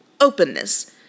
openness